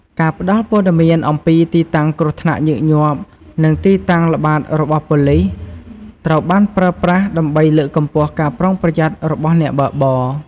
ការផ្ដល់ព័ត៌មានអំពីទីតាំងគ្រោះថ្នាក់ញឹកញាប់ និងទីតាំងល្បាតរបស់ប៉ូលិស ត្រូវបានប្រើប្រាស់ ដើម្បីលើកកម្ពស់ការប្រុងប្រយ័ត្នរបស់អ្នកបើកបរ។